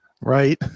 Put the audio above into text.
Right